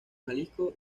jalisco